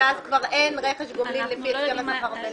כאשר אז כבר אין רכש גומלין לפי הסכם הסחר הבין-לאומי.